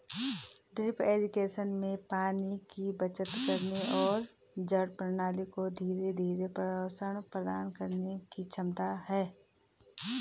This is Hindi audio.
ड्रिप इरिगेशन में पानी की बचत करने और जड़ प्रणाली को धीरे धीरे पोषण प्रदान करने की क्षमता है